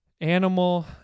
Animal